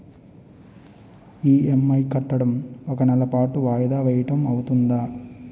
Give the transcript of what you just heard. EMI కట్టడం ఒక నెల పాటు వాయిదా వేయటం అవ్తుందా?